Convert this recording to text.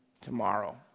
tomorrow